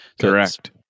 Correct